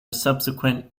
subsequent